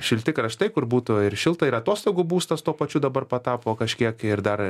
šilti kraštai kur būtų ir šilta ir atostogų būstas tuo pačiu dabar patapo kažkiek ir dar